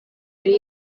yari